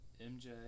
MJ